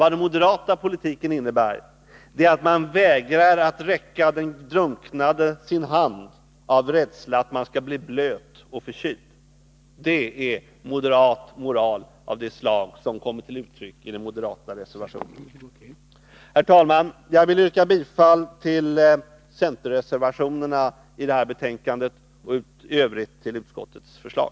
Den moderata politiken innebär att man vägrar att räcka den drunknande sin hand av rädsla för att bli blöt och förkyld. Det är moral av detta slag som kommer till uttryck i den moderata reservationen. Herr talman! Jag yrkar bifall till centerreservationerna i detta betänkande och i övrigt till utskottets förslag.